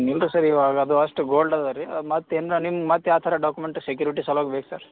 ನಿಮ್ಮದು ಸರ್ ಇವಾಗ ಅದು ಅಷ್ಟು ಗೋಲ್ಡ್ ಅದ ರೀ ಮತ್ತು ಏನು ನಿಮ್ಮ ಮತ್ತು ಯಾವ ಥರ ಡಾಕ್ಯೂಮೆಂಟ್ ಸೆಕ್ಯೂರಿಟೀಸ್ ಅಲ ಬೇಕು ಸರ್